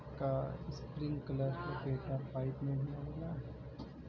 का इस्प्रिंकलर लपेटा पाइप में भी आवेला?